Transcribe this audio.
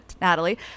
Natalie